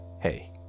Hey